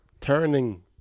turning